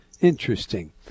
Interesting